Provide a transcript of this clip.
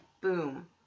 boom